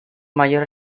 mayores